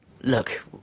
Look